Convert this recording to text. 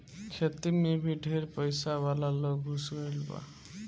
खेती मे भी ढेर पइसा वाला लोग घुस गईल बा